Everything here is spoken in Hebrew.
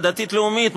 הדתית-לאומית,